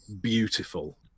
beautiful